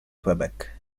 quebec